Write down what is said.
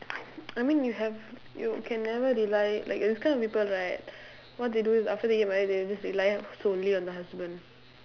I mean you have you can never rely like these kind of people right what they do is after they get married they just rely solely on the husband